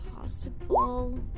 possible